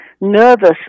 nervous